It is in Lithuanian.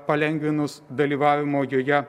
palengvinus dalyvavimo joje